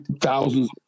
thousands